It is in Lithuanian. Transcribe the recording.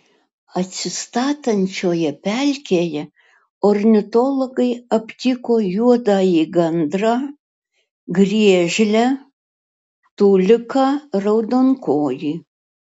atsistatančioje pelkėje ornitologai aptiko juodąjį gandrą griežlę tuliką raudonkojį